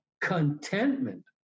contentment